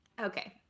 okay